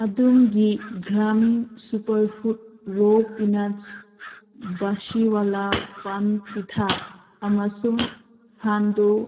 ꯑꯗꯣꯝꯒꯤ ꯒ꯭ꯔꯥꯃꯤꯟ super food ꯔꯣ ꯄꯤꯅꯠꯁ ꯕꯥꯁꯤꯋꯥꯂꯥ ꯄꯥꯟ ꯄꯤꯊꯥ ꯑꯝꯁꯨꯡ ꯐꯥꯟꯗꯨ